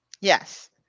Yes